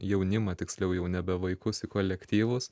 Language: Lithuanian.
jaunimą tiksliau jau nebe vaikus į kolektyvus